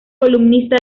columnista